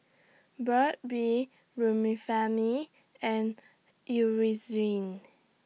Burt's Bee Remifemin and Eucerin